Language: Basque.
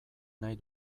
nahi